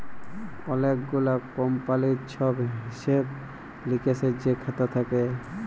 অলেক গুলা কমপালির ছব হিসেব লিকেসের যে খাতা থ্যাকে